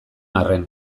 arren